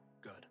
good